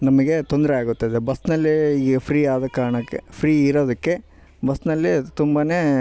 ನಮಗೆ ತೊಂದರೆ ಆಗುತ್ತದೆ ಬಸ್ನಲ್ಲೀ ಈಗ ಫ್ರೀ ಆದ ಕಾರಣಕ್ಕೆ ಫ್ರೀ ಇರೊದಕ್ಕೆ ಬಸ್ನಲ್ಲಿ ತುಂಬಾ